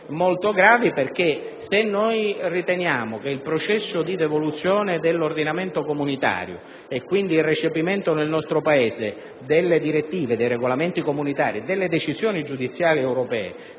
molto grave. Se riteniamo, infatti, che il processo di devoluzione dell'ordinamento comunitario - e, quindi, il recepimento nel nostro Paese delle direttive, dei regolamenti comunitari e delle decisioni giudiziarie europee